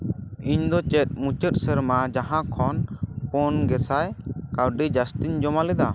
ᱤᱧ ᱫᱚ ᱪᱮᱫ ᱢᱩᱪᱟᱹᱫ ᱥᱮᱨᱢᱟ ᱡᱟᱦᱟᱸ ᱠᱷᱚᱱ ᱯᱩᱱ ᱜᱮᱥᱟᱭ ᱠᱟᱹᱣᱰᱤ ᱡᱟᱹᱥᱛᱤᱧ ᱡᱚᱢᱟ ᱞᱮᱫᱟ